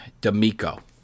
D'Amico